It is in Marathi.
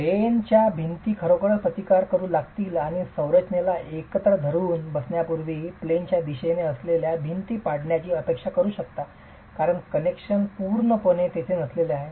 प्लेन च्या भिंती खरोखरच प्रतिकार करू लागतील आणि संरचनेला एकत्र धरुन बसण्यापूर्वी प्लेन च्या दिशेने नसलेल्या भिंती पडण्याची आपण अपेक्षा करू शकता कारण कनेक्शन पूर्णपणे तेथे नसलेले आहेत